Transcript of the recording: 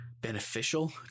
beneficial